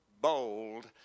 bold